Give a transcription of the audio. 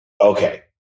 okay